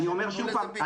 אני אומר שוב פעם,